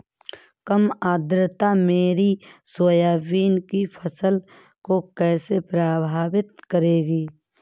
कम आर्द्रता मेरी सोयाबीन की फसल को कैसे प्रभावित करेगी?